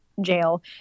jail